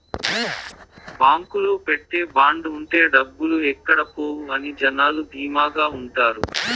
బాంకులో పెట్టే బాండ్ ఉంటే డబ్బులు ఎక్కడ పోవు అని జనాలు ధీమాగా ఉంటారు